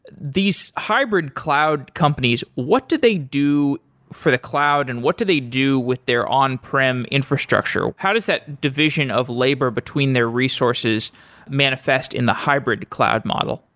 these hybrid cloud companies, what do they do for the cloud and what do they do with their on prem infrastructure. how does that division of labor between their resources manifest in the hybrid cloud model?